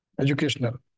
educational